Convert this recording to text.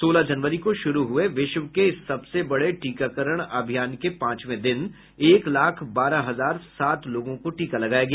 सोलह जनवरी को शुरू हुए विश्व के इस सबसे बड़े टीकाकरण अभियान के पांचवें दिन एक लाख बारह हजार सात लोगों को टीका लगाया गया